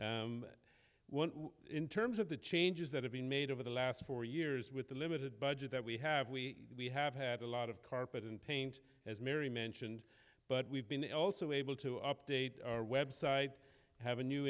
was in terms of the changes that have been made over the last four years with the limited budget that we have we we have had a lot of carpet in paint as mary mentioned but we've been also able to update our website have a new